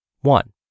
One